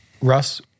Russ